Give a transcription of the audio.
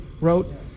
wrote